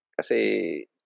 kasi